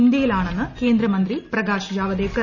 ഇന്തൃയിൽ ആണെന്ന് കേന്ദ്രമന്ത്രി പ്രകാശ് ജാവ്ദേക്കർ